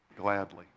gladly